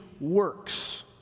works